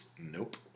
Nope